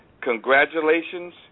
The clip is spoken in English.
congratulations